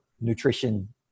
nutrition